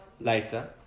later